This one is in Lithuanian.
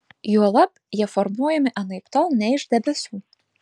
juolab jie formuojami anaiptol ne iš debesų